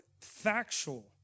factual